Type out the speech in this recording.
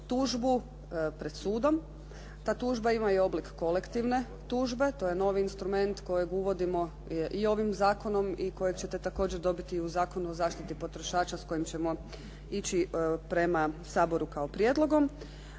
tužbu pred sudom. Ta tužba ima i oblik kolektivne tužbe. To je novi instrument kojeg uvodimo i ovim zakonom i kojeg ćete također dobiti i u Zakonu o zaštiti potrošača s kojim ćemo ići prema Saboru kao prijedlogom